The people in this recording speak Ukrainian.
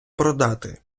продати